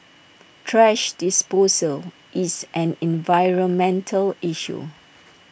thrash disposal is an environmental issue